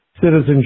citizenship